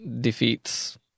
defeats